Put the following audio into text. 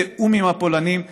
בתיאום עם הפולנים,